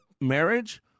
marriage